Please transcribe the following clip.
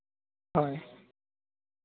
ᱦᱳᱭ